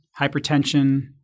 hypertension